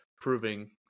proving